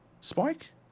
Spike